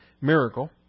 miracle